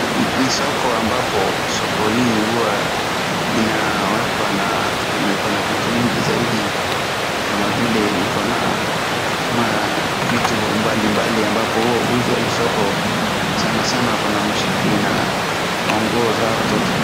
Ni soko ambapo soko hii hua inawekwa na iko na vitu mingi zaidi, kama vile iko na makitu mbalimbali ambapo huwa huzwa hii soko. Sana sana kuna mshipi na manguo za watoto.